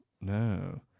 no